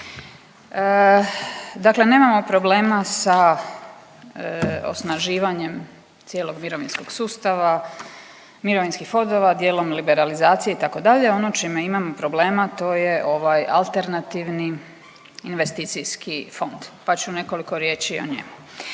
dakle nemamo problema sa osnaživanjem cijelog mirovinskog sustava, mirovinskih fondova, dijelom liberalizacije itd. Ono čime imam problema to je ovaj alternativni investicijski fond, pa ću nekoliko riječi o njemu.